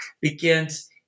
begins